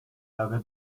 lage